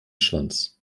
schwanz